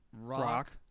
rock